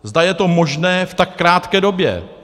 Zda je to možné v tak krátké době.